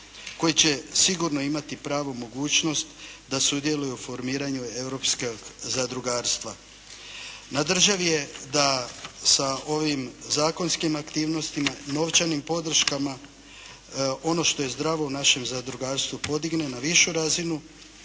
koji će sigurno imati pravu mogućnost da sudjeluju u formiranju europskog zakonodavstva. Na državi je da sa ovim zakonskim aktivnostima, novčanim podrškama ono što je zdravo u našem zadrugarstvu podigne na višu razinu